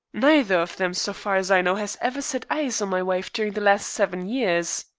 neither of them, so far as i know, has ever set eyes on my wife during the last seven years.